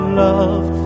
love